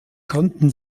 konnten